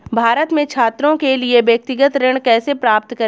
भारत में छात्रों के लिए व्यक्तिगत ऋण कैसे प्राप्त करें?